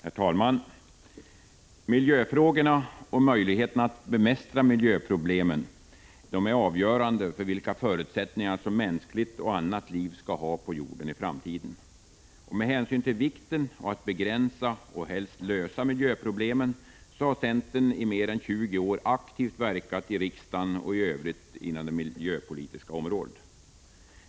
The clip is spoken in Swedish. Herr talman! Miljöfrågorna och möjligheterna att bemästra miljöproblemen är avgörande för vilka förutsättningar mänskligt och annat liv skall ha på jorden i framtiden. Med hänsyn till vikten av att begränsa och helst lösa miljöproblemen har centern i mer än 20 år aktivt verkat i riksdagen och i övrigt inom det miljöpolitiska området.